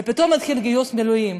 ופתאום התחיל גיוס מילואים.